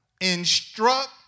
instruct